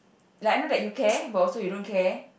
like I know that you care but also you don't care